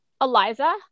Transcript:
Eliza